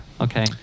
okay